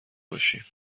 باشیم